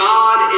God